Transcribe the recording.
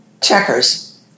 checkers